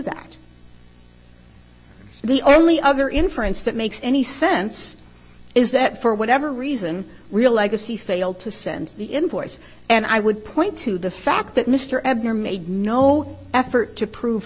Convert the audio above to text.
that the only other inference that makes any sense is that for whatever reason real legacy failed to send the employers and i would point to the fact that mr ebner made no effort to prove